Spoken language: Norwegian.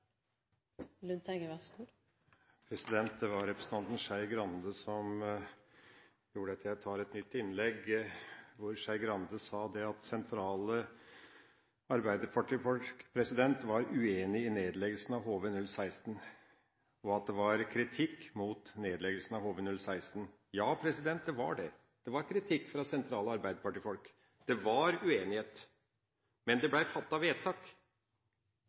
Det var representanten Skei Grande som gjorde at jeg tar et nytt innlegg. Hun sa at sentrale arbeiderpartifolk var uenige i nedleggelsen av HV-016, og at det var kritikk mot nedleggelsen av HV-016. Ja, det var det, det var kritikk fra sentrale arbeiderpartifolk, det var uenighet, men det ble fattet vedtak.